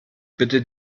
bitte